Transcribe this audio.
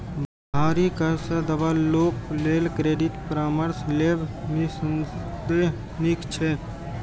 भारी कर्ज सं दबल लोक लेल क्रेडिट परामर्श लेब निस्संदेह नीक छै